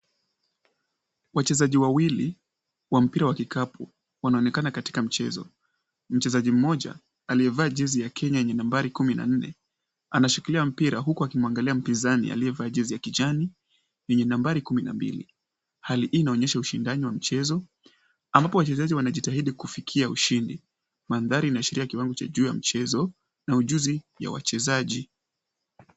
Wachezaji wawili, wa mpira wa kikapu, wanaonekana katika mchezo. Mchezaji mmoja aliyevaa jezi ya Kenya yenye nambari kumi na nne, anashikilia mpira huku akimwangalia mpizani, aliyevaa jezi ya kijani, yenye nambari kumi na mbili. Hali hii inaonyesha ushindani wa mchezo, ambapo wachezaji wanajitahidi kufikia ushindi. Mandhari inaashiria kiwango cha juu ya mchezo na ujuzi ya wachezaji.